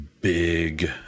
big